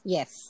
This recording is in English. Yes